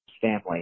family